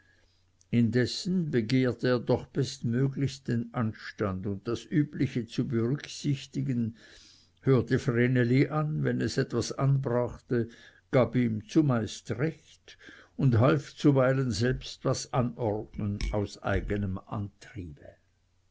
indessen begehrte er doch bestmöglichst den anstand und das übliche zu berücksichtigen hörte vreneli an wenn es etwas anbrachte gab ihm zumeist recht und half zuweilen selbst etwas anordnen aus eigenem antriebe